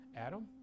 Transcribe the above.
Adam